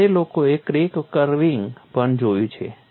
ત્યારે લોકોએ crack curving પણ જોયું છે